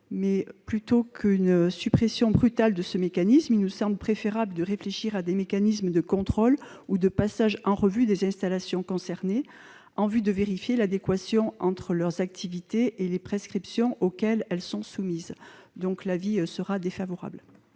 mais plutôt qu'une suppression brutale de ce mécanisme, il nous semble préférable de réfléchir à des mécanismes de contrôle ou de passage en revue des installations concernées en vue de vérifier l'adéquation entre leurs activités et les prescriptions auxquelles elles sont soumises. L'avis est défavorable.